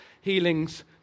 healings